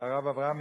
הרב אברהם מיכאלי,